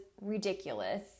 ridiculous